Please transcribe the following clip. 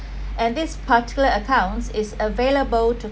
and this particular accounts is available to